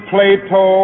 Plato